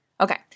Okay